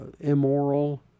immoral